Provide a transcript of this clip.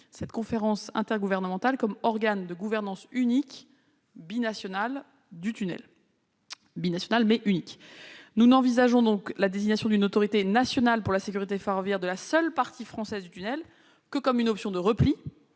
cette conférence intergouvernementale comme unique organe, binational, de gouvernance du tunnel. Nous n'envisageons donc la désignation d'une autorité nationale pour la sécurité ferroviaire de la seule partie française du tunnel que comme une option de repli,